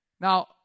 Now